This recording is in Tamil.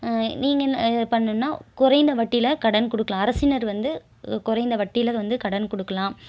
நீங்கள் என்ன பண்ணனுனால் குறைந்த வட்டியில் கடன் கொடுக்கலாம் அரசினர் வந்து குறைந்த வட்டியில் வந்து கடன் கொடுக்குலாம்